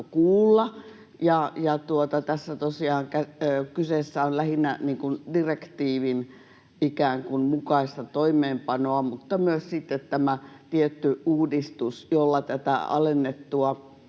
tosiaan kyseessä on lähinnä direktiivin mukaista toimeenpanoa mutta myös sitten tämä tietty uudistus, jolla tätä alennettua